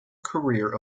career